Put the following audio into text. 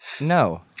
No